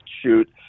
shoot